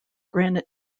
granite